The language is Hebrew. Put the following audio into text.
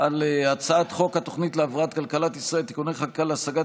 על הצעת חוק התוכנית להבראת כלכלת ישראל (תיקוני חקיקה להשגת